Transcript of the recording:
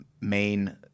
main